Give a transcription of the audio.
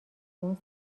اون